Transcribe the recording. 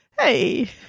Hey